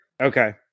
Okay